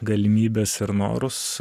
galimybes ir norus